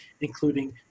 including